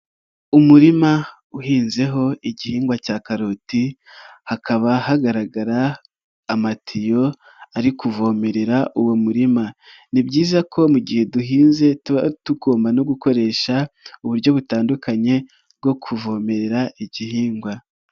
Umurima uhinzeho igihingwa cya karoti hakaba hagaragara amatiyo ari kuvomerera uwo murima, ni byiza ko mu gihe duhinze tuba tugomba no gukoresha uburyo butandukanye bwo kuvomerera igihingwa.